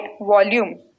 volume